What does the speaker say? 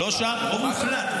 מה זה רוב מוחלט?